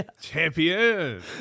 Champion